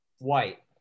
white